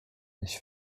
ich